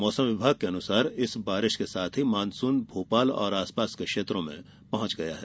मौसम विभाग के अनुसार इस बारिश के साथ ही मानसून भोपाल और आसपास के क्षेत्रों में पहॅच गया है